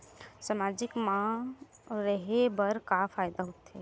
सामाजिक मा रहे बार का फ़ायदा होथे?